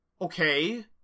okay